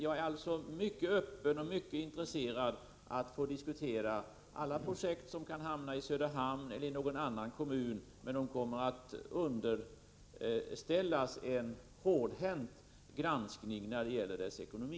Jag är alltså mycket öppen för och intresserad av att diskutera alla projekt som kan hamna i Söderhamn eller i någon annan kommun, men projekten kommer att underställas en hårdhänt granskning när det gäller deras ekonomi.